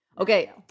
okay